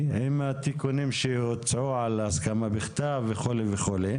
עם התיקונים שהוצעו על ההסכמה בכתב וכולי,